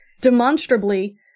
demonstrably